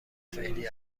فعلی